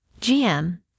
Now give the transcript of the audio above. GM